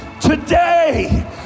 today